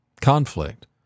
Conflict